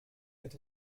mit